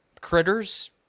critters